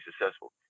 successful